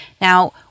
Now